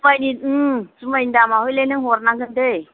जुमाइनि उम जुमाइनि दामा हयले नों हरनांगोन दे